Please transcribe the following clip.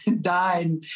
died